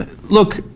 look